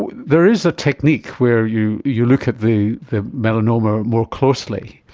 there is a technique where you you look at the the melanoma more closely,